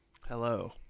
hello